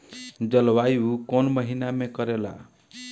जलवायु कौन महीना में करेला?